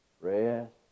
Rest